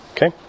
Okay